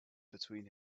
between